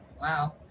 Wow